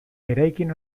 eraikin